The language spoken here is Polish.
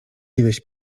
ileś